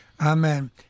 Amen